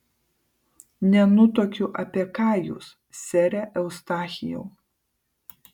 nenutuokiu apie ką jūs sere eustachijau